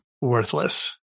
worthless